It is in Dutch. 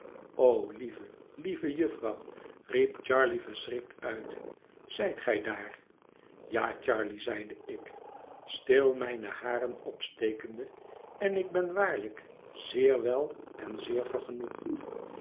o lieve lieve jufvrouw riep charley verschrikt uit zijt gij daar ja charley zeide ik stil mijne haren opstekende en ik ben waarlijk zeer wel en zeer